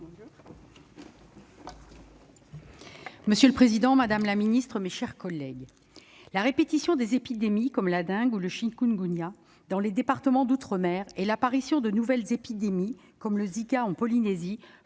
Monsieur le président, madame la secrétaire d'État, mes chers collègues, la répétition des épidémies telles que la dengue ou le chikungunya dans les départements d'outre-mer et l'apparition de nouvelles épidémies, comme celle qui est liée